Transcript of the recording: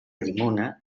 llimona